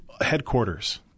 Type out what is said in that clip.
headquarters